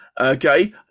okay